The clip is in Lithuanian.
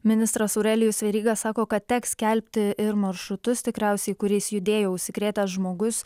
ministras aurelijus veryga sako kad teks skelbti ir maršrutus tikriausiai kuriais judėjo užsikrėtęs žmogus